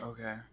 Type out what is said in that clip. okay